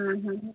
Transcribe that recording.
ହଁ ହଁ